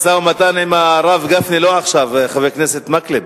משא-ומתן עם הרב גפני לא עכשיו, חבר הכנסת מקלב.